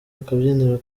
akabyiniriro